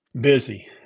Busy